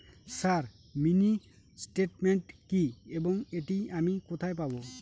Sir mini statement কি এবং এটি আমি কোথায় পাবো?